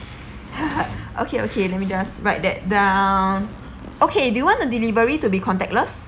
okay okay let me just write that down okay do you want the delivery to be contactless